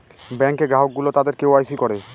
ব্যাঙ্কে গ্রাহক গুলো তাদের কে ওয়াই সি করে